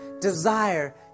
desire